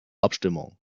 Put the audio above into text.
abstimmung